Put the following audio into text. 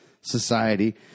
Society